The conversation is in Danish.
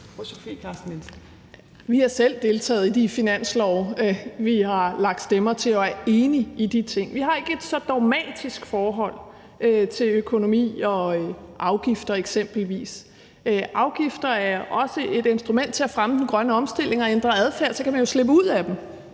Vi har selv deltaget i de finanslove, vi har lagt stemmer til, og er enige i de ting. Vi har ikke et så dogmatisk forhold til økonomi og eksempelvis afgifter. Afgifter er også et instrument til at fremme den grønne omstilling og ændre adfærd, og så kan man jo slippe ud af dem